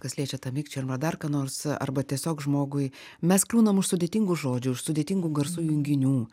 kas liečia tą mikčiojimą arba dar ką nors arba tiesiog žmogui mes kliūnam už sudėtingų žodžių už sudėtingų garsų junginių